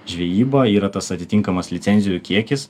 žvejyba yra tas atitinkamas licencijų kiekis